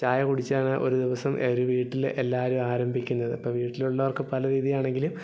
ചായ കുടിച്ചാണ് ഒരു ദിവസം ഒരു വീട്ടിൽ എല്ലാവരും ആരംഭിക്കുന്നത് അപ്പം വീട്ടിലുള്ളവർക്ക് പല രീതിയാണെങ്കിലും